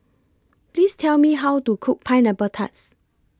Please Tell Me How to Cook Pineapple Tarts